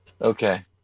okay